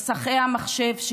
מסכי המחשב,